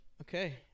okay